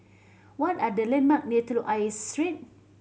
what are the landmark near Telok Ayer Street